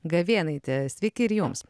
gavėnaitė sveiki ir jums